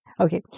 Okay